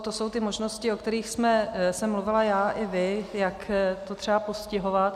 To jsou ty možnosti, o kterých jsem mluvila já i vy, jak to třeba postihovat.